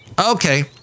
Okay